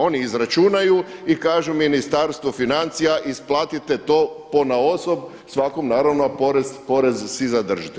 Oni izračunaju i kažu Ministarstvu financija isplatite to ponaosob svakom naravno a porez si zadržite.